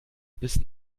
bis